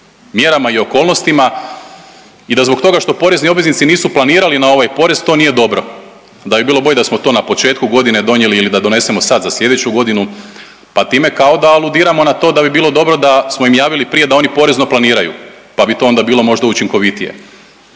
mjerama i okolnostima i da zbog toga što porezni obveznici nisu planirali na ovaj porez to nije dobro, da bi bilo bolje da smo to na početku godine donijeli ili da donesemo sad za slijedeću godinu, pa time kao da aludiramo na to da bi bilo dobro da smo im javili prije da oni porezno planiraju, pa bi to onda bilo možda učinkovitije.